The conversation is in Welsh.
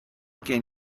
gen